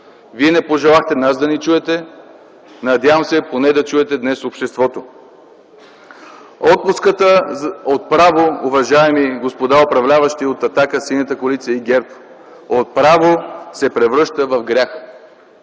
Вие не пожелахте да ни чуете, надявам се поне да чуете днес обществото. Отпуската, уважаеми господа управляващи от „Атака”, Синята коалиция и ГЕРБ, от право се превръща в грях.